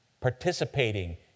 participating